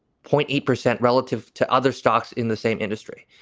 point eight percent relative to other stocks in the same industry.